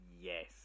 Yes